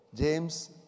James